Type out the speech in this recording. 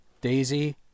Daisy